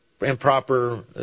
improper